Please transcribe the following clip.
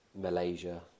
malaysia